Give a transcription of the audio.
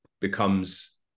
becomes